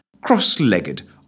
cross-legged